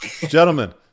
Gentlemen